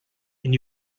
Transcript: and